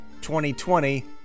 2020